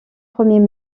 premiers